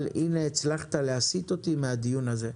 אבל הנה, הצלחת להסיט אותי מהדיון הזה.